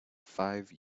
five